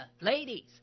ladies